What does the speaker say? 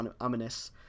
ominous